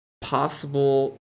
possible